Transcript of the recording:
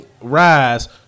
rise